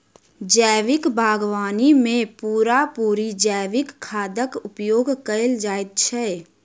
जैविक बागवानी मे पूरा पूरी जैविक खादक उपयोग कएल जाइत छै